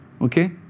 Okay